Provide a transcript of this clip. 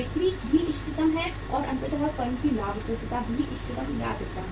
बिक्री भी इष्टतम है और अंततः फर्म की लाभप्रदता भी इष्टतम या अधिकतम है